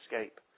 escape